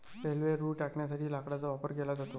railway रुळ टाकण्यासाठी लाकडाचा वापर केला जातो